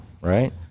right